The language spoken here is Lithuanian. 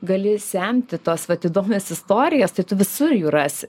gali semti tas vat įdomias istorijas tai tu visur jų rasi